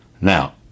Now